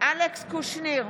אלכס קושניר,